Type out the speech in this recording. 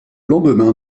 lendemain